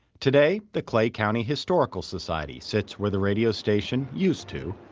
today, the clay county historical society sits where the radio station used to,